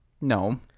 no